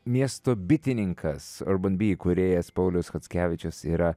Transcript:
miesto bitininkas urban bee įkūrėjas paulius chockevičius yra